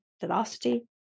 velocity